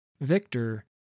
Victor